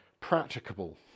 practicable